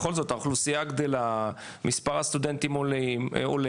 בכל זאת, האוכלוסייה גדלה, מספר הסטודנטים עולה.